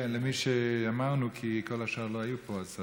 כן, למי שאמרנו, כי כל השאר לא היו פה.